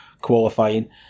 qualifying